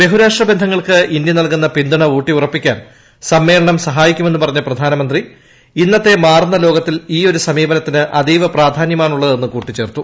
ബഹുരാഷ്ട്ര ബ്രസ്ങ്ങൾക്ക് ഇന്ത്യ നൽകുന്ന പിന്തുണ ഊട്ടിയുറപ്പിക്കാൻ സമ്മേള്ളനും സഹായിക്കുമെന്ന് പറഞ്ഞ പ്രധാനമന്ത്രി ഇന്നത്തെ മാറുന്ന ലോകത്തിൽ ഈയൊരു സമീപനത്തിന് അതീവ പ്രാധാന്യമാണുള്ളതെന്ന് കൂട്ടിച്ചേർത്തു